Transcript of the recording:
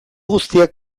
guztiak